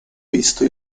visto